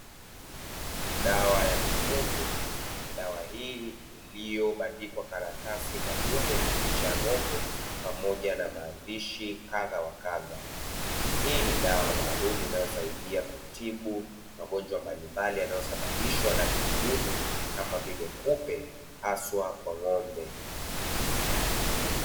Dawa ya mifugo, dawa hii iliyobandikwa karatasi maalumu yenye picha ng'ombe pamoja na maandishi kadha wa kadha, hii ni dawa maalum inayosaidia kutibu magonjwa mbalimbali yanayosababishwa na vijidudu kama vile kupe haswa kwa ng'ombe.